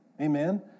Amen